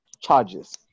Charges